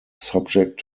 subject